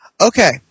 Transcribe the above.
Okay